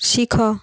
ଶିଖ